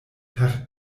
per